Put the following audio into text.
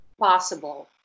possible